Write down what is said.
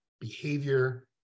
behavior